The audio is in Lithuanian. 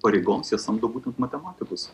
pareigoms jie samdo būtent matematikus